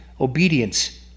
obedience